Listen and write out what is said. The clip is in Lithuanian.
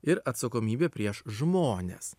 ir atsakomybė prieš žmones